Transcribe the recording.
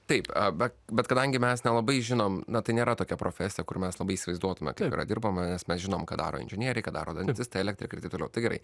taip bet bet kadangi mes nelabai žinom na tai nėra tokia profesija kur mes labai įsivaizduotume yra dirbama nes mes žinom ką daro inžinieriai ką daro dantistai elektrikai ir taip toliau tai gerai